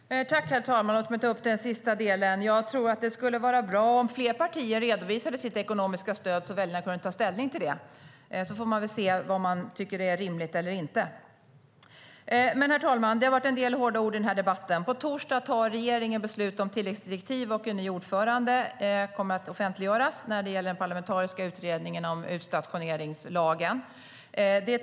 STYLEREF Kantrubrik \* MERGEFORMAT Svar på interpellationerDet har varit en del hårda ord i den här debatten. På torsdag tar regeringen beslut om tilläggsdirektiv, och en ny ordförande för den parlamentariska utredningen om utstationeringslagen kommer att offentliggöras.